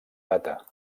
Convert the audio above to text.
data